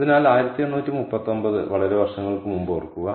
അതിനാൽ 1839 വളരെ വർഷങ്ങൾക്ക് മുമ്പ് ഓർക്കുക